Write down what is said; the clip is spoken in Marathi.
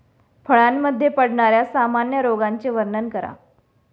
फळांमध्ये पडणाऱ्या सामान्य रोगांचे वर्णन करा